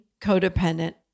codependent